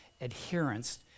adherence